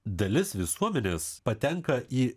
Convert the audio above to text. dalis visuomenės patenka į